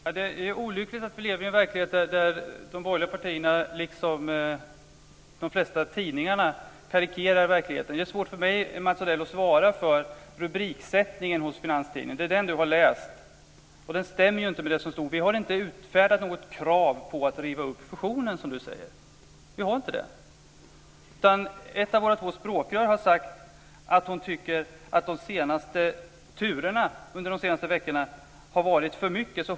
Fru talman! Det är olyckligt att vi lever i en verklighet där de borgerliga partierna, liksom de flesta tidningarna, karikerar verkligheten. Det är svårt för mig, Mats Odell, att svara för rubriksättningen hos Finanstidningen. Det är den han har läst. Den stämmer inte. Vi har inte utfärdat något krav på att riva upp fusionen. Ett av våra två språkrör har sagt att hon tycker att de senaste turerna under de senaste veckorna har varit för mycket.